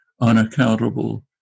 unaccountable